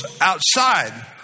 outside